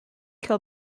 kill